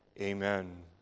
amen